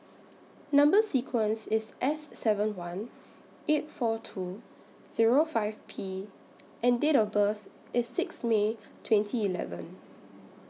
Number sequence IS S seven one eight four two Zero five P and Date of birth IS six May twenty eleven